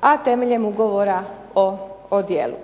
a temeljem ugovora o djelu.